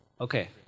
Okay